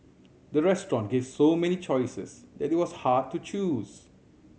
the restaurant gave so many choices that it was hard to choose